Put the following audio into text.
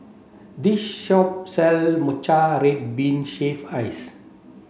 this shop sell Matcha Red Bean Shaved Ice